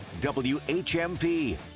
WHMP